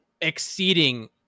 exceeding